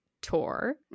tour